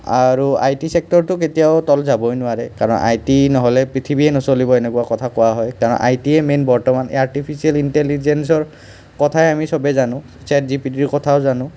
আৰু I T চেক্টৰটো কেতিয়াও তল যাবই নোৱাৰে কাৰণ আই টি নহ'লে পৃথিৱীয়ে নচলিব এনেকুৱা কথা কোৱা হয় কাৰণ আই টি য়ে মেইন বৰ্তমান আৰ্টিফিচিয়েল ইণ্টেলিজেন্সৰ কথাই আমি সবেই জানো চাত জি পি টি ৰ কথাও জানো